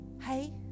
Hey